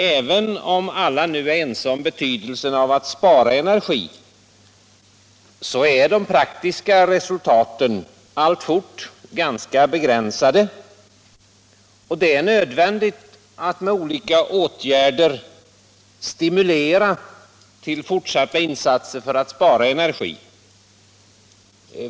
Även om alla nu är ense om betydelsen av att spara energi, är de praktiska resultaten alltjämt ganska begränsade. Det är nödvändigt att med olika åtgärder stimulera till fortsatta insatser för att spara energi.